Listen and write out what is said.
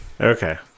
Okay